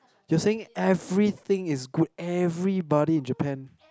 you're saying everything is good everybody in Japan